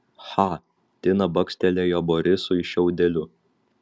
cha tina bakstelėjo borisui šiaudeliu